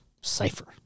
cipher